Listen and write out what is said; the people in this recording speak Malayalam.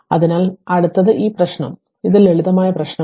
അതിനാൽ അടുത്തത് ഈ പ്രശ്നം ലളിതമായ പ്രശ്നമാണ്